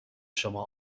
شما